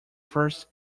first